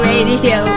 Radio